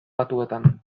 batuetan